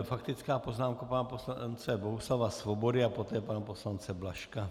Faktická poznámka pana poslance Bohuslava Svobody a poté pana poslance Blažka.